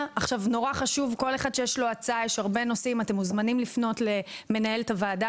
נורא חשוב שכל מי שיש לו הצעה יפנה למנהלת הוועדה,